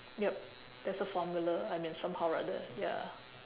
yep there's a formula I mean somehow rather ya